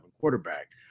quarterback